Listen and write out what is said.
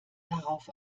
darauf